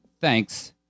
thanks